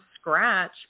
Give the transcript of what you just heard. scratch